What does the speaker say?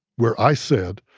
where i said,